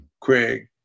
craig